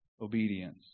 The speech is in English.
obedience